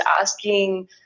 asking